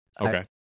Okay